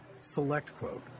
SelectQuote